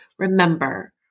Remember